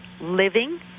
living